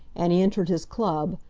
and he entered his club,